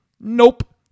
Nope